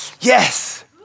Yes